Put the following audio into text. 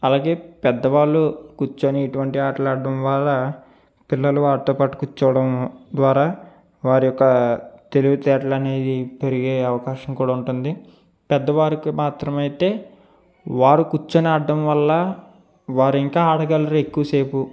అలాగే పెద్ద వాళ్ళు కూర్చొని ఇటువంటి ఆటలాడడం వల్ల పిల్లలు వారితో పాటు కూర్చోవడం ద్వారా వారి యొక తెలివితేటలు అనేది పెరిగే అవకాశం కూడా ఉంటుంది పెద్దవారికి మాత్రం అయితే వారు కూర్చుని ఆడడం వల్ల వారు ఇంకా ఆడగలరు ఎక్కువసేపు